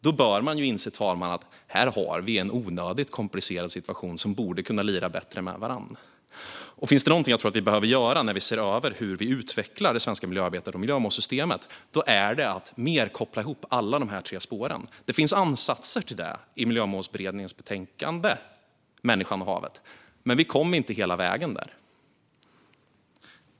vi bör inse att det här är en onödigt komplicerad situation, och finns det någonting som jag tror att vi behöver göra när vi ser över hur vi utvecklar det svenska miljöarbetet och miljömålssystemen är det att mer koppla ihop dessa tre spår. Det finns ansatser till det i Miljömålsberedningens betänkande Havet och människan , men vi kom inte hela vägen.